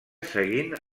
seguint